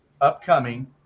upcoming